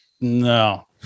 No